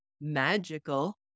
magical